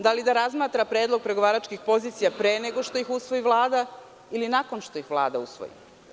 Da li da razmatra predlog pregovaračkih pozicija pre nego što ih usvoji Vlada ili nakon što ih Vlada usvoji.